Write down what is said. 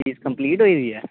fees complete होई गेदी ऐ